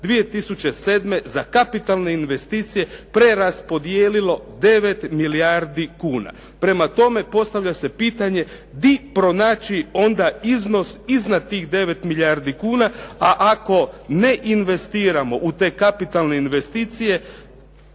2007. za kapitalne investicije preraspodijelilo 9 milijardi kuna. Prema tome, postavlja se pitanje gdje pronaći onda iznos iznad tih 9 milijardi kuna. A ako ne investiramo u te kapitalne investicije